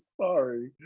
Sorry